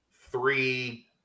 three